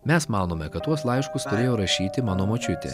mes manome kad tuos laiškus turėjo rašyti mano močiutė